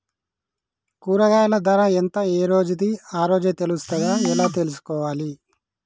కూరగాయలు ధర ఎంత ఏ రోజుది ఆ రోజే తెలుస్తదా ఎలా తెలుసుకోవాలి?